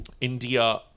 India